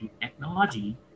technology